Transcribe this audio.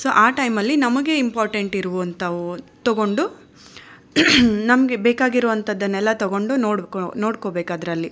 so ಆ ಟೈಮಲ್ಲಿ ನಮಗೆ ಇಂಪಾರ್ಟೆಂಟ್ ಇರುವಂಥಾವ್ ತೊಗೊಂಡು ನಮಗೆ ಬೇಕಾಗಿರುವಂಥದ್ದನೆಲ್ಲಾ ತಗೊಂಡು ನೋಡ್ಕೋಬೇಕು ಅದರಲ್ಲಿ